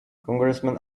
congressman